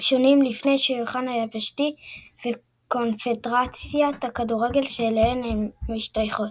שונים לפי שיוכן היבשתי וקונפדרציית הכדורגל שאליה הן משתייכות.